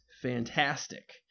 fantastic